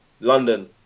London